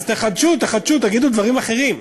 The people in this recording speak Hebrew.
אז תחדשו, תחדשו, תגידו דברים אחרים,